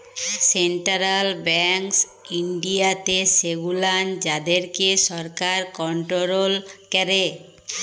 central banks ইনডিয়াতে সেগুলান যাদেরকে সরকার কনটোরোল ক্যারে